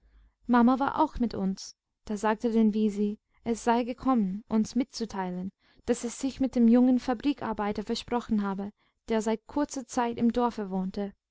mama war auch mit uns da sagte denn wisi es sei gekommen uns mitzuteilen daß es sich mit dem jungen fabrikarbeiter versprochen habe der seit kurzer zeit im dorfe wohnte